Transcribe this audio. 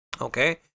Okay